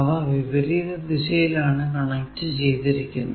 അവ വിപരീത ദിശയിലാണു കണക്ട് ചെയ്തിരിക്കുന്നത്